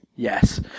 Yes